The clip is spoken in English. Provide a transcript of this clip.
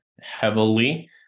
heavily